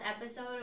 episode